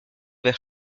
vers